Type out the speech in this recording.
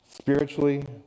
Spiritually